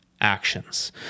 actions